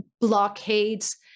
blockades